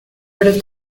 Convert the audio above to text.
pero